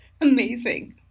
Amazing